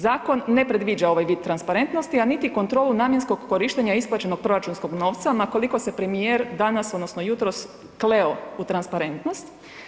Zakon ne predviđa ovaj vid transparentnosti, a niti kontrolu namjenskog korištenja isplaćenog proračunskog novca ma koliko se premijer danas odnosno jutros kleo u transparentnost.